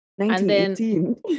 1918